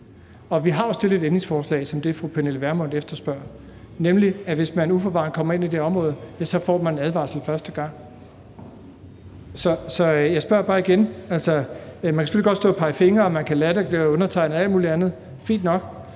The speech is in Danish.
vi har jo stillet et ændringsforslag som det, fru Pernille Vermund efterspørger, nemlig at hvis man uforvarende kommer ind i det område, får man en advarsel første gang. Man kan selvfølgelig godt stå og pege fingre og latterliggøre undertegnede og alt muligt andet, fint nok,